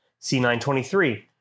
C923